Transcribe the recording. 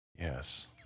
Yes